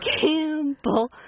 Campbell